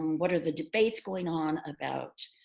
um what are the debates going on about